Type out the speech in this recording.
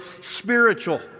spiritual